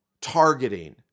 targeting